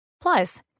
Plus